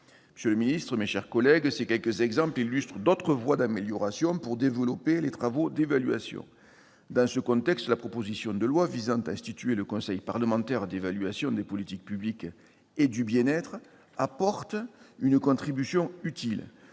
Monsieur le secrétaire d'État, mes chers collègues, ces quelques exemples illustrent des voies d'amélioration et de développement des travaux d'évaluation. Dans ce contexte, la proposition de loi visant à instituer un conseil parlementaire d'évaluation des politiques publiques et du bien-être apporte une contribution utile.